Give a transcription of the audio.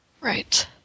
Right